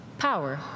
Power